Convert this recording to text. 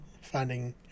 finding